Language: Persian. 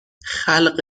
خلق